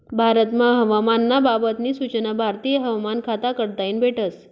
भारतमा हवामान ना बाबत नी सूचना भारतीय हवामान खाता कडताईन भेटस